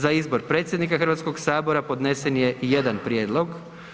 Za izbor predsjednika Hrvatskog sabora podnesen je jedan prijedlog.